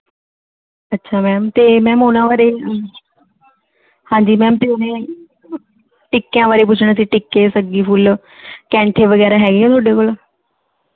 ਅੱਛਾ ਮੈਮ ਅਤੇ ਮੈਮ ਉਹਨਾਂ ਬਾਰੇ ਹਾਂਜੀ ਮੈਮ ਅਤੇ ਓਵੇ ਟਿੱਕਿਆਂ ਬਾਰੇ ਪੁੱਛਣਾ ਸੀ ਟਿੱਕੇ ਸੱਗੀ ਫੁੱਲ ਕੈਂਠੇ ਵਗੈਰਾ ਹੈਗੇ ਹੈ ਤੁਹਾਡੇ ਕੋਲ